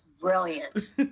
brilliant